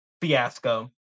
fiasco